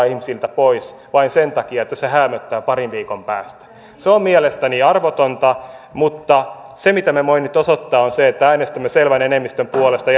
ihmisiltä pois vain sen takia että se häämöttää parin viikon päässä se on mielestäni arvotonta mutta se mitä me voimme nyt osoittaa on se että äänestämme selvän enemmistön puolesta